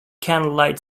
candlelight